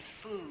food